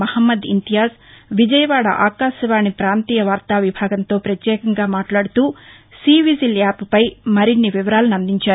మహమ్మద్ ఇంతియాజ్ విజయవాడ ఆకాశవాణి పాంతీయ వార్తా విభాగంతో పత్యేకంగా మాట్లాడుతూసీ విజిల్ యాప్పై మరిన్ని వివరాలను అందించారు